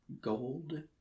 Gold